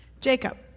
Jacob